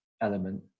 element